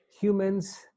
humans